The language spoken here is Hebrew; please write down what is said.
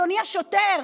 הם יגידו לו: אדוני השוטר,